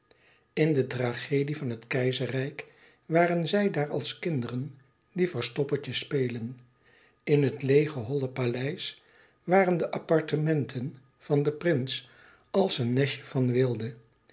in de tragedie van het keizerrijk waren zij daar als kinderen die verstoppertje spelen in het leêge holle paleis waren de appartementen van den prins als een nestje van weelde